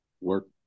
work